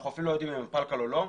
אנחנו אפילו לא יודעים אם הם פלקל או לא.